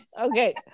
Okay